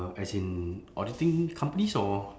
as in auditing companies or